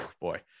boy